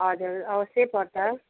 हजर अवश्यै पर्छ